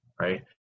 right